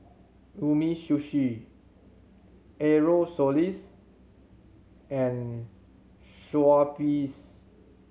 Umisushi Aerosoles and Schweppes